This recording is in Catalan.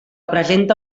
presenta